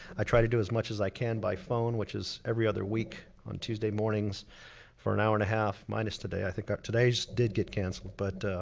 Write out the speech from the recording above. i try to do as much as i can by phone, which is every other week on tuesday mornings for an hour and a half minus today. i think today's did get canceled but,